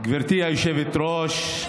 גברתי היושבת-ראש,